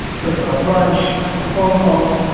quick little brunch. couple phone calls.